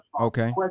Okay